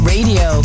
Radio